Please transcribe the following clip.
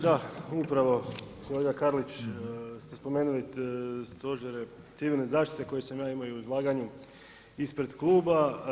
Da, upravo kolega Karlić ste spomenuli stožere civilne zaštite koje sam ja imao i u izlaganju ispred kluba.